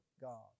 God